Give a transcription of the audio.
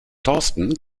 thorsten